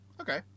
okay